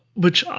which